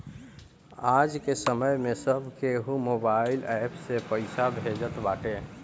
आजके समय में सब केहू मोबाइल एप्प से पईसा भेजत बाटे